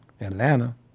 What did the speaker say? Atlanta